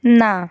না